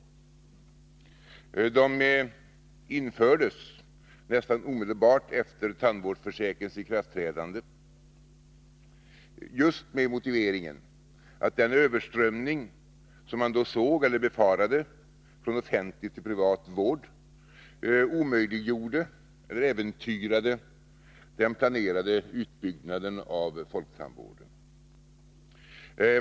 De infördes nästan omedelbart efter tandvårdsförsäkringens ikraftträdande, just med motiveringen att den överströmning som man då såg eller befarade från offentlig till privat vård omöjliggjorde eller äventyrade den planerade utbyggnaden av folktandvården.